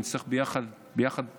שנצטרך ביחד כולנו,